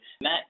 Matt